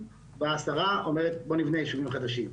והשרה אומרת בואו נבנה ישובים חדשים.